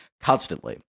constantly